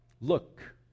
Look